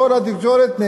כל התקשורת,